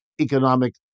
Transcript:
economic